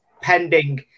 pending